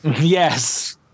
Yes